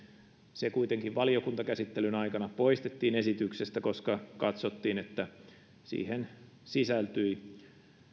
se kuitenkin valiokuntakäsittelyn aikana poistettiin esityksestä koska katsottiin että siihen sisältyi